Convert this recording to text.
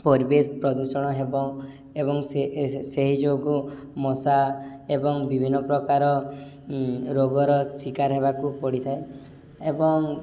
ପରିବେଶ ପ୍ରଦୂଷଣ ହେବ ଏବଂ ସେହି ଯୋଗୁ ମଶା ଏବଂ ବିଭିନ୍ନ ପ୍ରକାର ରୋଗର ଶିକାର ହେବାକୁ ପଡ଼ିଥାଏ ଏବଂ